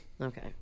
Okay